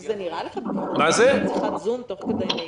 זה נראה שיחת זום תוך כדי נהיגה.